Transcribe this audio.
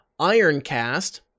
Ironcast